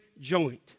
joint